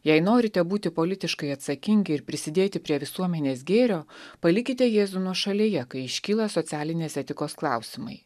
jei norite būti politiškai atsakingi ir prisidėti prie visuomenės gėrio palikite jėzų nuošalėje kai iškyla socialinės etikos klausimai